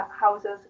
houses